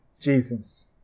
Jesus